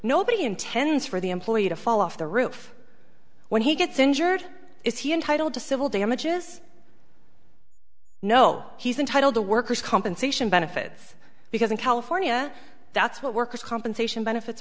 nobody intends for the employee to fall off the roof when he gets injured is he entitled to civil damages no he's entitled to workers compensation benefits because in california that's what workers compensation benefits